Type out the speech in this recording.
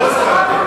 אבל אין הסכמה.